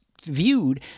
viewed